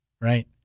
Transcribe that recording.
Right